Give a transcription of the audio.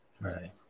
Right